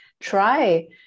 Try